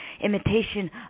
imitation